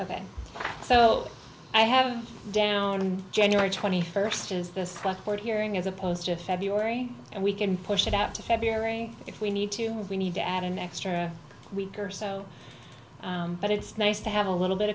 of it so i have down on january twenty first is this buckboard hearing as opposed to february and we can push it out to february if we need to we need to add an extra week or so but it's nice to have a little bit